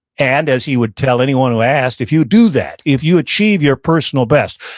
and, as he would tell anyone who asked, if you do that, if you achieve your personal best,